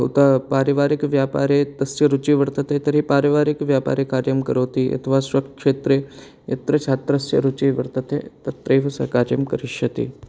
अतः पारिवारिकव्यापारे तस्य रुचिः वर्तते तर्हि पारिवारिकव्यापारे कार्यं करोति अथवा स्वक्षेत्रे यत्र छात्रस्य रुचिः वर्तते तत्रैव सः कार्यं करिष्यति